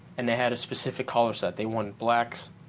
and they had a specific color set they wanted blacks,